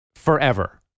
forever